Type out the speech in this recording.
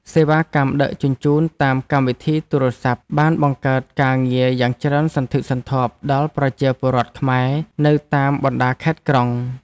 សេវាកម្មដឹកជញ្ជូនតាមកម្មវិធីទូរស័ព្ទបានបង្កើតការងារយ៉ាងច្រើនសន្ធឹកសន្ធាប់ដល់ប្រជាពលរដ្ឋខ្មែរនៅតាមបណ្ដាខេត្តក្រុង។